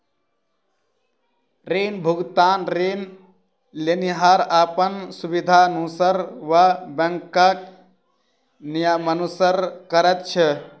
ऋण भुगतान ऋण लेनिहार अपन सुबिधानुसार वा बैंकक नियमानुसार करैत छै